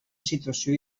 situació